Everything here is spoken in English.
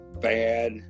bad